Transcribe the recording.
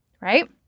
Right